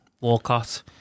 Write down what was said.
Walcott